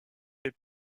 fait